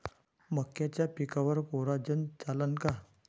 मक्याच्या पिकावर कोराजेन चालन का?